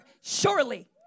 surely